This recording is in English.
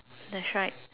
that's right